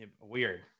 weird